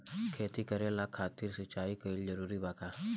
खेती करे खातिर सिंचाई कइल जरूरी बा का?